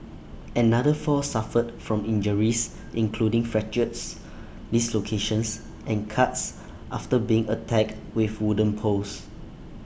another four suffered from injuries including fractures dislocations and cuts after being attacked with wooden poles